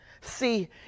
see